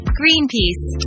greenpeace